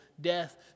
death